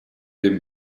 dem